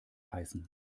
heißen